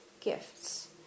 gifts